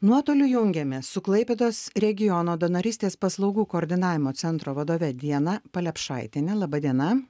nuotoliu jungiamės su klaipėdos regiono donorystės paslaugų koordinavimo centro vadove diana palepšaitiene laba diena